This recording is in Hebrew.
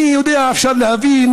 אני יודע, אפשר להבין